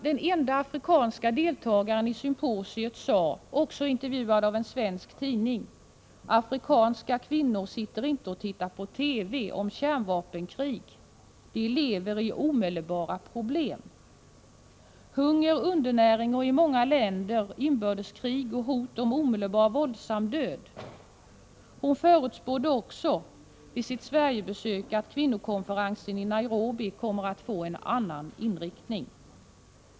Den enda afrikanska deltagaren vid symposiet sade — hon var också intervjuad av en svensk tidning: ”Afrikanska kvinnor sitter inte och tittar på TV om kärnvapenkrig, de lever i omedelbara problem.” Människor är drabbade av hunger, undernäring och i många länder inbördeskrig och hot om omedelbar, våldsam död. Hon förutspådde också vid sitt Sverigebesök att kvinnokonferensen i Nairobi kommer att få en annan inriktning.